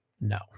No